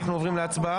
אנחנו עוברים להצבעה,